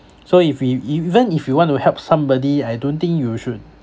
so if if e~ even if you want to help somebody I don't think you should